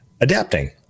adapting